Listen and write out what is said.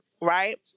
right